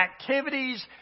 activities